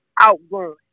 Outgoing